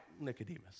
Nicodemus